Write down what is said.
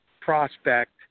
prospect